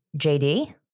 JD